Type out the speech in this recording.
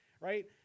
right